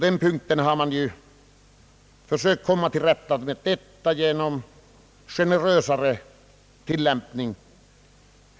Man har försökt komma till rätta med detta problem genom generösare tillämpning.